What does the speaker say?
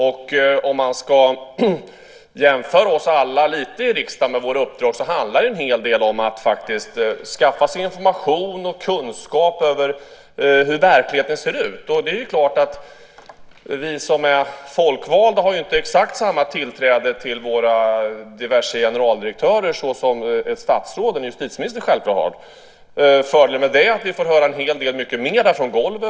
Om man jämför oss alla i riksdagen och våra uppdrag märker man att det till stor del handlar om att skaffa sig information och kunskap om hur verkligheten ser ut. Det är klart att vi som är folkvalda inte har exakt samma tillträde till diverse generaldirektörer som ett statsråd, en justitieminister självklart har. Fördelen med det är att vi får höra en hel del mera från golvet.